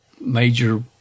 major